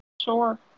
Sure